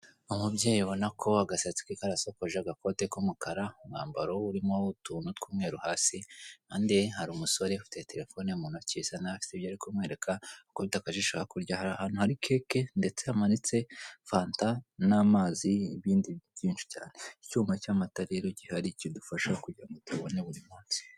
Umubyeyi uboka no ko agasatsi ke karasokoje, agakote k'umukara, umwambaro we urimo utuntu w'umweru hasi, iruhande hari umusore ufite telefone mu ntoki usa n'aho hari ibyo ari kumwereka, wakubita akajisho hakurya, hari ahantu hari keke ndetse hamanitse fanta n'amazi n'ibindi byinshi chyene. Icyuma cy'amata gihari rero kidufasha kugira ngo tuyabone buri munsi.